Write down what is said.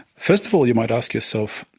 first of all you might ask yourself,